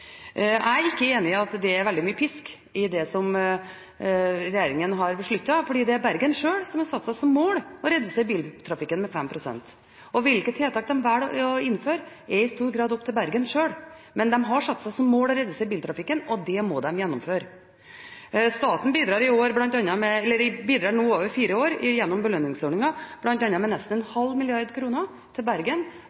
Jeg er ikke enig i at det er veldig mye pisk i det som regjeringen har besluttet, for det er Bergen selv som har satt seg som mål å redusere biltrafikken med 5 pst. Hvilke tiltak de velger å innføre, er i stor grad opp til Bergen selv, men de har satt seg som mål å redusere biltrafikken, og det må de gjennomføre. Staten bidrar over fire år gjennom belønningsordningen bl.a. med nesten ½ mrd. kr til Bergen for nettopp å få en endring i